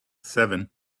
seven